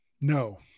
No